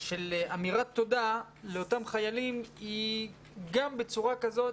של אמירת תודה לאותם חיילים היא גם בצורה כזאת,